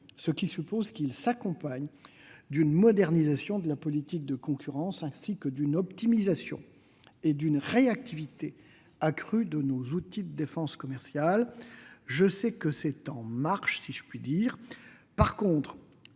ce qui suppose qu'il s'accompagne d'une modernisation de la politique de la concurrence, ainsi que d'une optimisation et d'une réactivité accrue de nos outils de défense commerciale. Je sais que c'est « en marche », si je puis dire.